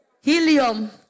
Helium